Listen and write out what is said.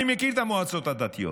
אני מכיר את המועצות הדתיות,